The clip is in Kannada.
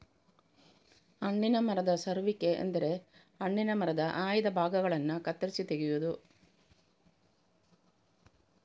ಹಣ್ಣಿನ ಮರದ ಸರುವಿಕೆ ಎಂದರೆ ಹಣ್ಣಿನ ಮರದ ಆಯ್ದ ಭಾಗಗಳನ್ನ ಕತ್ತರಿಸಿ ತೆಗೆಯುದು